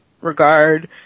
regard